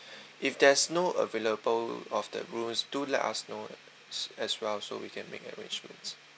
if there's no available of the rooms do let us know as well so we can make arrangements